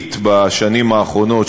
הרביעית בשנים האחרונות,